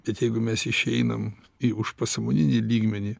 bet jeigu mes išeinam į užpasąmoninį lygmenį